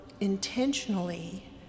intentionally